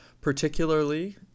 Particularly